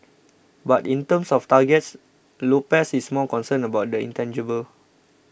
but in terms of targets Lopez is more concerned about the intangible